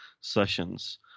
sessions